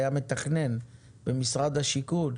הוא היה מתכנן במשרד השיכון.